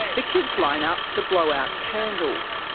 the kids line up to blow out candles.